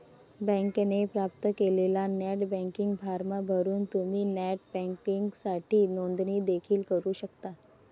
बँकेने प्राप्त केलेला नेट बँकिंग फॉर्म भरून तुम्ही नेट बँकिंगसाठी नोंदणी देखील करू शकता